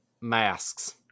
masks